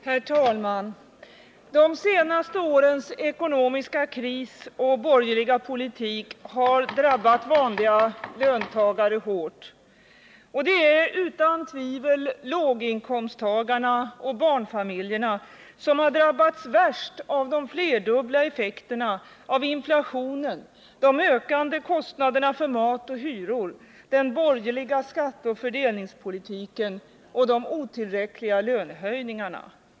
Herr talman! De senaste årens ekonomiska kris och borgerliga politik har drabbat vanliga löntagare hårt. Det är utan tvivel låginkomsttagarna och barnfamiljerna som har drabbats allra värst av de flerdubbla effekterna av inflationen, de ökade kostnaderna för mat och hyror, den borgerliga skatteoch fördelningspolitiken och de otillräckliga lönehöjningarna.